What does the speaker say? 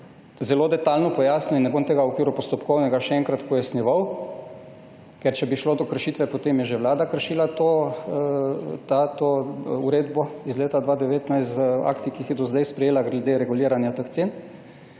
zelo detajlno pojasnil in ne bom tega v okviru postopkovnega še enkrat pojasnjeval, ker če bi šlo do kršitve, potem je že Vlada kršila to uredbo iz leta 2019 z akti, ki jih je do sedaj sprejela glede reguliranja teh cen.